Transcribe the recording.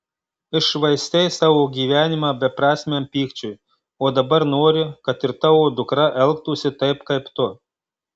iššvaistei savo gyvenimą beprasmiam pykčiui o dabar nori kad ir tavo dukra elgtųsi taip kaip tu